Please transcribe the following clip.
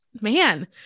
man